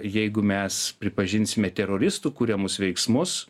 jeigu mes pripažinsime teroristų kuriamus veiksmus